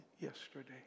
yesterday